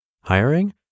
Hiring